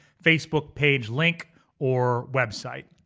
facebook page, link or website.